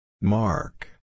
Mark